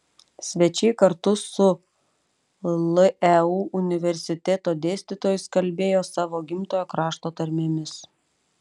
svečiai kartu su leu universiteto dėstytojais kalbėjo savo gimtojo krašto tarmėmis